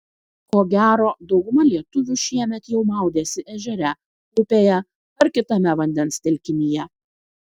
ko gero dauguma lietuvių šiemet jau maudėsi ežere upėje ar kitame vandens telkinyje